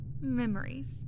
memories